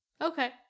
Okay